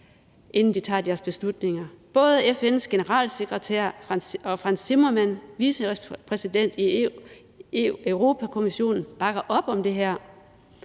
inden de tager deres beslutninger. Både FN's generalsekretær og Frans Timmermans, vicepræsident for Europa-Kommissionen, bakker op om det her.